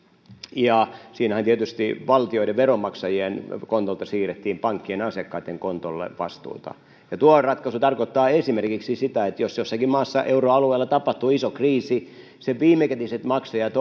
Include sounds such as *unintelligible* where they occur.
siinähän tietysti valtioiden veronmaksajien kontolta siirrettiin pankkien asiakkaitten kontolle vastuuta tuo ratkaisu tarkoittaa esimerkiksi sitä että jos jossakin maassa euroalueella tapahtuu iso kriisi sen viimekätiset maksajat *unintelligible*